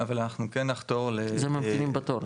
אבל אנחנו כן נחתור ל- -- זה ממתינים בתור,